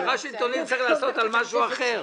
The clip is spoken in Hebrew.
הפיכה שלטונית צריך לעשות על משהו אחר.